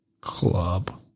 club